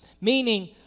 Meaning